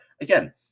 again